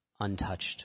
untouched